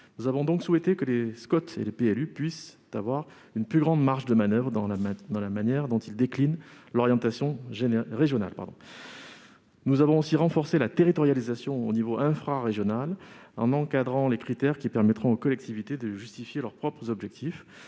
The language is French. Nous avons donc souhaité que les SCoT et les PLU puissent avoir une plus grande marge de manoeuvre dans la manière dont ils déclinent l'orientation régionale. Nous avons ensuite renforcé la territorialisation au niveau infrarégional en encadrant les critères qui permettront aux collectivités de justifier leurs propres objectifs